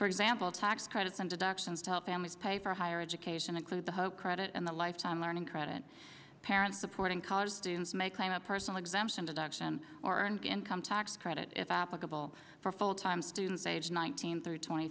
for example tax credits and deductions to help families pay for higher education include the home credit and the lifetime learning credit parents supporting college students may claim a personal exemption deduction or and income tax credit if applicable for full time student page nineteen through twenty